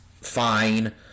fine